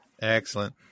Excellent